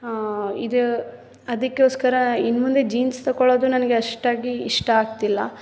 ಇದು ಅದಕ್ಕೋಸ್ಕರ ಇನ್ಮುಂದೆ ಜೀನ್ಸ್ ತೊಗೊಳೋದು ನನಗೆ ಅಷ್ಟಾಗಿ ಇಷ್ಟ ಆಗ್ತಿಲ್ಲ